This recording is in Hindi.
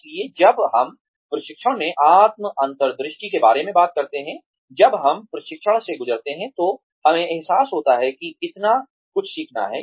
इसलिए जब हम प्रशिक्षण में आत्म अंतर्दृष्टि के बारे में बात करते हैं जब हम प्रशिक्षण से गुजरते हैं तो हमें एहसास होता है कि कितना कुछ सीखना है